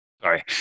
Sorry